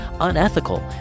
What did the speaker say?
unethical